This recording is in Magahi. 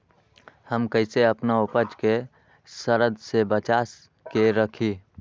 हम कईसे अपना उपज के सरद से बचा के रखी?